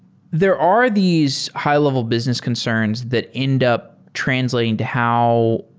there are these high-level business concerns that end up translating to how